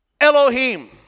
Elohim